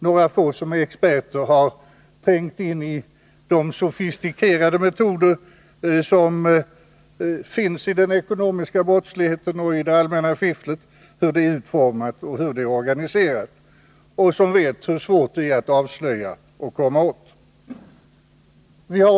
Några få experter har trängt in i den ekonomiska brottslighetens sofistikerade metoder, hur den är utformad och organiserad. De vet också hur svårt det är att avslöja och komma åt denna brottslighet.